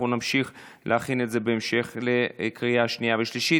אנחנו נמשיך להכין את זה לקריאה שנייה ושלישית.